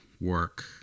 work